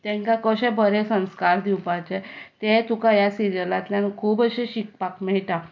तांकां कशे बरे संस्कार दिवपाचे ते तुका ह्या सिरियलांतल्यान खूब अशें शिकपाक मेळटा